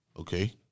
Okay